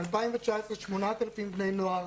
ב-2019 8,000 בני נוער,